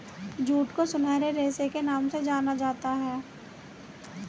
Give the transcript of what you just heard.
jute को सुनहरे रेशे के नाम से जाना जाता है